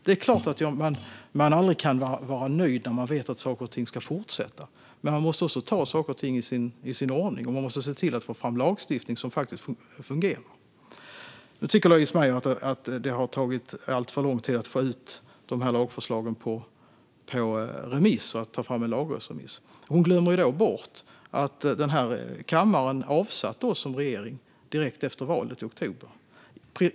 Det är klart att man aldrig kan vara nöjd när man vet att saker och ting ska fortsätta. Men man måste också ta saker och ting i sin ordning, och man måste se till att få fram lagstiftning som faktiskt fungerar. Nu tycker Louise Meijer att det har tagit alltför lång tid att få ut lagförslagen på remiss och att ta fram en lagrådsremiss. Då glömmer hon bort att denna kammare avsatte oss som regering direkt efter valet i september.